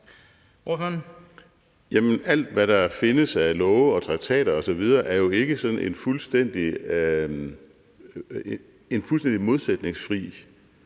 alt, hvad der findes af love og traktater osv., er jo ikke sådan en fuldstændig modsætningsfri,